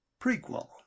Prequel